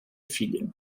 filha